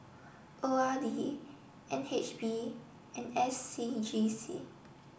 O R D N H B and S C G C